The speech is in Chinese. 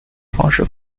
方式